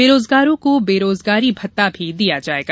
बेरोजगारों को बेरोजगारी भत्ता भी दिया जायेगा